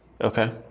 Okay